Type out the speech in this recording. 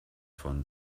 von